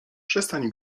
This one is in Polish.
przestań